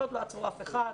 עוד לא עצרו אף אחד,